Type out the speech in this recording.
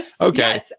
Okay